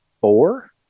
Four